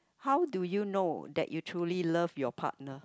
how do you know that you truly love your partner